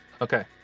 Okay